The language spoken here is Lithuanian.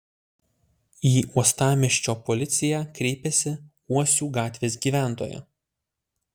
į uostamiesčio policiją kreipėsi uosių gatvės gyventoja